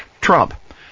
Trump